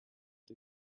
die